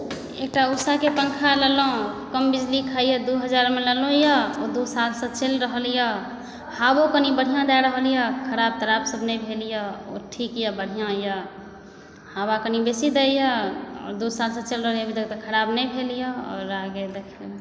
एकटा उषाके पंखा लेलहुँ कम बिजली खाइया दू हजारमे लेलहुँए ओ दू साल से चलि रहल यऽ हवो कनि बढ़िऑं दए रहल यऽ ख़राब तराब सभ नहि भेल यऽ ओ ठीक यऽ बढ़िऑं यऽ हवा कनि बेसी दैया दू साल से चलि रहल यऽ अभी तक ख़राब नहि भेल यऽ आओर देखबै